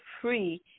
free